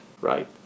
right